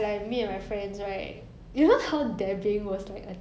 ya